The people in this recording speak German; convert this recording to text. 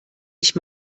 ich